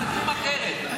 מסתכלים אחרת.